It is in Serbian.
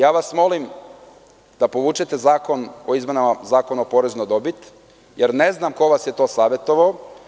Ja vas molim da povučete zakon o izmenama Zakona o porezu na dobit, jer ne znam ko vas je to savetovao.